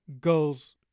goes